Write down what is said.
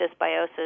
dysbiosis